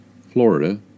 Florida